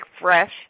fresh